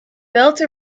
built